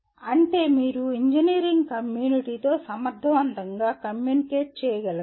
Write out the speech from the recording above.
అంటే మీరు ఇంజనీరింగ్ కమ్యూనిటీతో సమర్థవంతంగా కమ్యూనికేట్ చేయగలగాలి